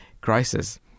crisis